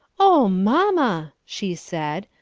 oh, mamma! she said,